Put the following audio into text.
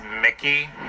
mickey